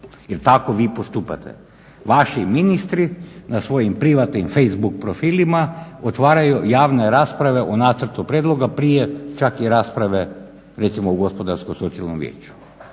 jer tako vi postupate. Vaši ministri na svojim privatnim Facebook profilima otvaraju javne rasprave o nacrtu prijedloga prije čak i rasprave, recimo u Gospodarsko-socijalnom vijeću.